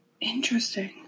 Interesting